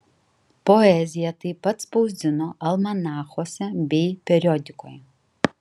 poeziją taip pat spausdino almanachuose bei periodikoje